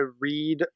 read